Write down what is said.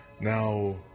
Now